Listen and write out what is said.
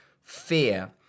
Fear